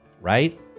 Right